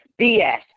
BS